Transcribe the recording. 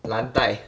蓝带